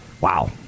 Wow